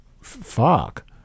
fuck